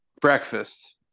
Breakfast